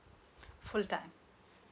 full time